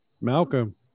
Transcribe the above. Malcolm